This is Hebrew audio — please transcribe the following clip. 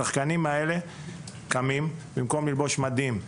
שחקנים קמים ובמקום ללבוש מדים,